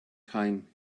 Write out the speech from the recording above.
time